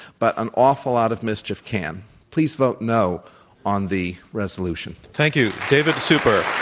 but an awful lot of mischief can. please vote no on the resolution. thank you, david super.